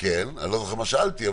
אני לא זוכר מה שאלתי.